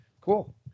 cool